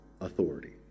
authority